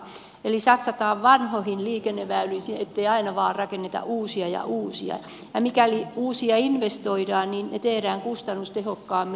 satsataan vanhoihin liikenneväyliin ettei aina vain rakenneta uusia ja uusia ja mikäli uusiin investoidaan niin ne tehdään kustannustehokkaammin